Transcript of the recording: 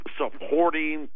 supporting